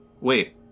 wait